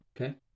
Okay